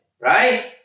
right